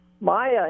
Maya